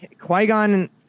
Qui-Gon